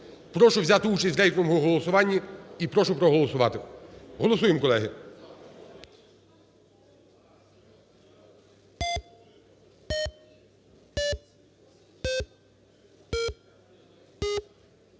Прошу взяти участь в рейтинговому голосуванні і прошу проголосувати. Голосуємо, колеги.